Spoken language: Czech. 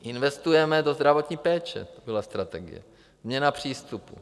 Investujeme do zdravotní péče, to byla strategie, změna přístupu.